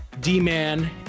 D-Man